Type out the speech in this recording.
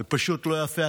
זה פשוט לא יפה,